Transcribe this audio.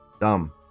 Dumb